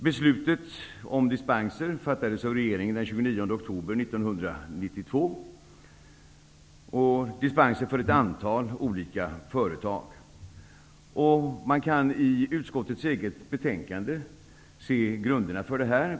29 oktober 1992 för ett antal olika företag. Man kan i utskottets eget betänkande se grunderna för detta.